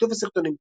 הסרטונים טיקטוק,